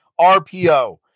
RPO